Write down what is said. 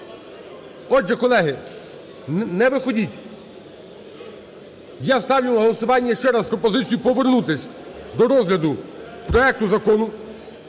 отже, колеги, не виходіть. Я ставлю на голосування ще раз пропозицію повернутися до розгляду проекту Закону